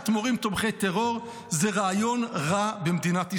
מורים תומכי טרור זה רעיון רע במדינת ישראל.